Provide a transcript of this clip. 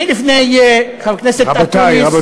אני, לפני, חבר הכנסת אקוניס, רבותי.